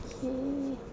okay